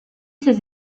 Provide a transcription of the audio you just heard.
ses